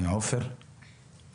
עופר כסיף, בבקשה.